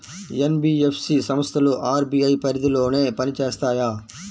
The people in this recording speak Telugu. ఎన్.బీ.ఎఫ్.సి సంస్థలు అర్.బీ.ఐ పరిధిలోనే పని చేస్తాయా?